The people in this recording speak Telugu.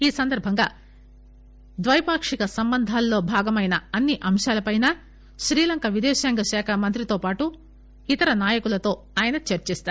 ఈ సందర్బంగా ద్వైపాక్షిక సంబంధాల్లో భాగమైన అన్సి అంశాలపై శ్రీలంక విదేశాంగ శాఖ మంత్రితోపాటు ఇతర నాయకులతో ఆయన చర్చిస్తారు